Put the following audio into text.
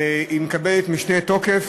היא מקבלת משנה תוקף,